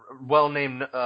well-named